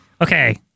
Okay